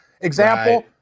Example